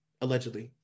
Allegedly